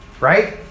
right